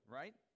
right